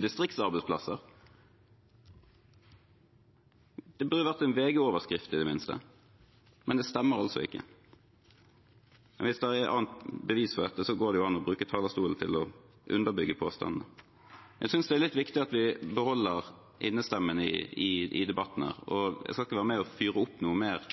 distriktsarbeidsplasser – det burde i det minste vært en VG-overskrift. Men det stemmer altså ikke. Hvis det er annet bevis for dette, går det jo an å bruke talerstolen til å underbygge påstandene. Jeg synes det er litt viktig at vi beholder innestemmen i debatten her. Jeg skal ikke være med og fyre opp noe mer